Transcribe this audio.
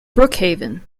brookhaven